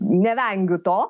nevengiu to